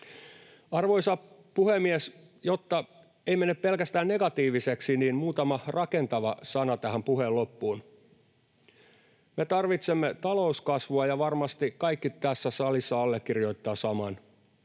Arvoisa puhemies! Jotta ei mene pelkästään negatiiviseksi, niin muutama rakentava sana tähän puheen loppuun. Me tarvitsemme talouskasvua, ja varmasti kaikki tässä salissa allekirjoittavat saman.